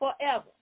forever